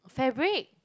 fabric